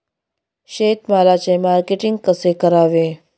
शेतमालाचे मार्केटिंग कसे करावे?